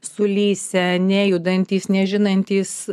sulysę nejudantys nežinantys